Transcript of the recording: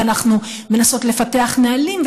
ואנחנו מנסות לפתח נהלים,